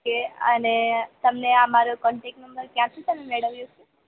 okay અને તમને આ મારો કોન્ટેક્ટ નંબર ક્યાંથી તમે મેળવ્યો છે